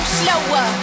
slower